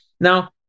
Now